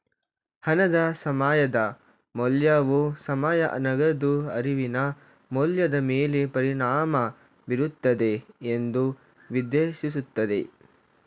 ಹಣದ ಸಮಯದ ಮೌಲ್ಯವು ಸಮಯ ನಗದು ಅರಿವಿನ ಮೌಲ್ಯದ ಮೇಲೆ ಪರಿಣಾಮ ಬೀರುತ್ತದೆ ಎಂದು ನಿರ್ದೇಶಿಸುತ್ತದೆ